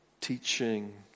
teaching